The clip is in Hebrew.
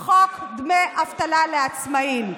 חוק דמי אבטלה לעצמאים.